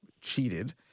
cheated